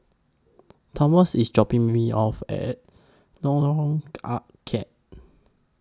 Thomas IS dropping Me off At Lorong Ah Thia